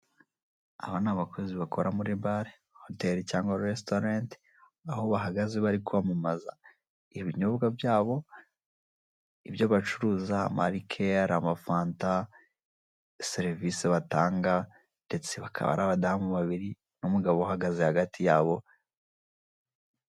Aba ni abakozi bakora muri bare, hoteri cyangwa resitorenti, aho bahagaze bari kwamamaza ibinyobwa byabo, ibyo bacuruza, amarikeri, amafanta, serivisi batanga, ndetse bakaba ari abadamu babiri n'umugabo uhagaze hagati yabo.